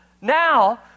now